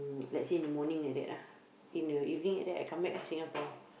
mm let's say in the morning like that ah in the evening like that I come back ah Singapore